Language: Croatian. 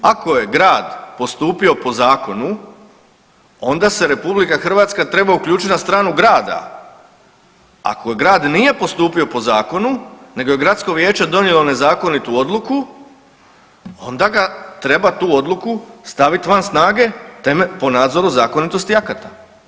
Ako je grad postupio po zakonu, onda se RH treba uključiti na stranu grada, ako grad nije postupio po zakonu, nego je gradsko vijeće donijelo nezakonitu odluku, onda ga treba tu odluku staviti van snage po nadzoru zakonitosti akata.